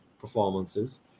performances